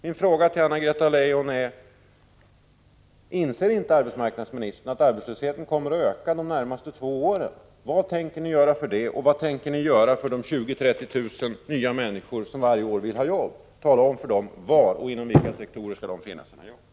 Min fråga till Anna-Greta Leijon är: Inser inte arbetsmarknadsministern att arbetslösheten kommer att öka de närmaste två åren? Vad tänker ni göra för att hindra det? Och vad tänker ni göra för de 20 000-30 000 nya arbetssökande som vi kommer att ha varje år? Tala om för dem var och inom vilka sektorer de skall finna sina jobb!